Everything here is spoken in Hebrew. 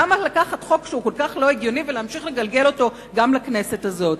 למה לקחת חוק שהוא כל כך לא הגיוני ולהמשיך לגלגל אותו גם לכנסת הזאת?